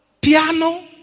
Piano